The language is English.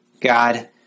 God